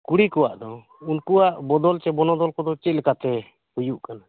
ᱠᱩᱲᱤ ᱠᱚᱣᱜ ᱫᱚ ᱩᱱᱠᱩᱣᱟᱜ ᱵᱚᱫᱚᱞ ᱥᱮ ᱵᱚᱱᱚᱫᱚᱞ ᱠᱚᱫᱚ ᱪᱮᱫ ᱞᱮᱠᱟ ᱛᱮ ᱦᱩᱭᱩᱜ ᱠᱟᱱᱟ